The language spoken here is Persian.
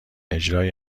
اجرای